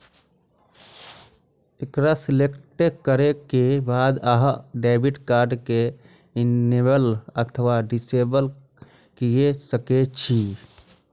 एकरा सेलेक्ट करै के बाद अहां डेबिट कार्ड कें इनेबल अथवा डिसेबल कए सकै छी